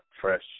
fresh